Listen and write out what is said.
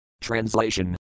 Translation